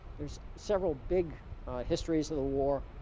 there's several big histories of the war